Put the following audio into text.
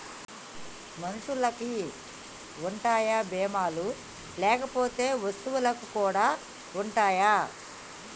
మనుషులకి ఉంటాయా బీమా లు లేకపోతే వస్తువులకు కూడా ఉంటయా?